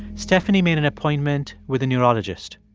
stephanie made an appointment with a neurologist.